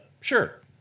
Sure